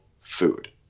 food